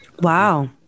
Wow